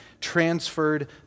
transferred